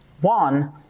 One